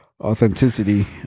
authenticity